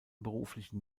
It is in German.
beruflichen